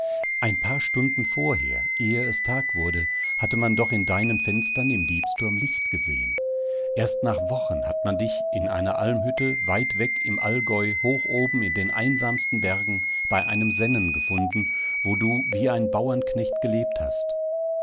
ein paar stunden vorher ehe es tag wurde hat man doch in deinen fenstern im diebsturm licht gesehen erst nach wochen hat man dich in einer almhütte weit weg im allgäu hoch oben in den einsamsten bergen bei einem sennen gefunden wo du wie ein bauernknecht gelebt hast